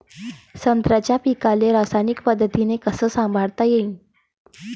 संत्र्याच्या पीकाले रासायनिक पद्धतीनं कस संभाळता येईन?